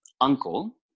uncle